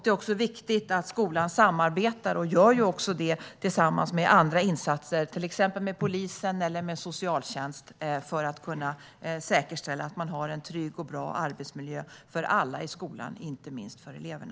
Det är också viktigt att skolan samarbetar med andra - vilket man också gör - till exempel med polisen och socialtjänsten, för att kunna säkerställa att man har en trygg och bra arbetsmiljö för alla i skolan, inte minst för eleverna.